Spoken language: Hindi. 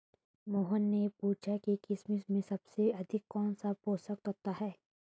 मोहन ने पूछा कि किशमिश में सबसे अधिक कौन सा पोषक तत्व होता है?